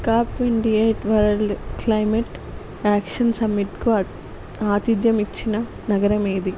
cap twenty eight world climate action సమిట్కు ఆతిధ్యం ఇచ్చిన నగరం ఏది